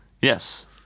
Yes